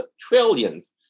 trillions